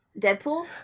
Deadpool